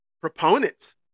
Proponents